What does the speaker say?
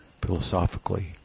philosophically